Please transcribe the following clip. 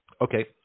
Okay